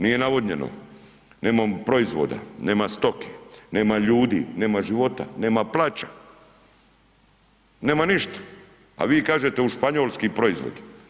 Nije navodnjeno, nemamo proizvoda, nema stoke, nema ljudi, nema života, nema plača, nema ništa, a vi kažete u Španjolski proizvod.